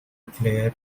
player